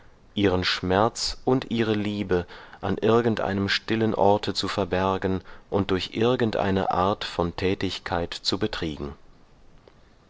ihren schmerz und ihre liebe an irgendeinem stillen orte zu verbergen und durch irgendeine art von tätigkeit zu betriegen